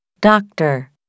Doctor